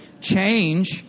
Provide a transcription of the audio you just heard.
change